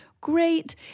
great